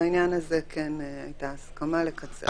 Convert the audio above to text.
בעניין הזה כן הייתה הסכמה לקצר.